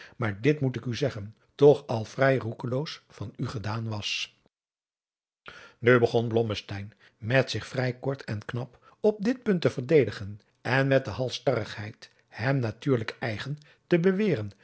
maar dit moet ik u zeggen toch al vrij roekeloos van u gedaan was nu begon blommesteyn met zich vrij kort en knap op dit punt te verdedigen en met de halstarrigheid hem natuurlijk eigen te beweren